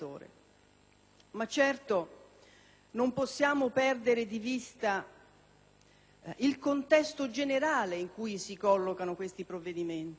Ma, certo non possiamo perdere di vista il contesto generale in cui si collocano questi provvedimenti.